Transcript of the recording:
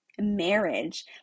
marriage